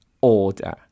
order